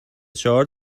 چهار